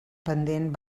pendent